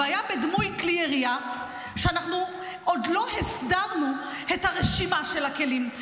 הבעיה בדמוי כלי ירייה היא שאנחנו עוד לא הסדרנו את הרשימה של הכלים.